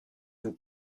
vous